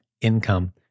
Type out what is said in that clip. income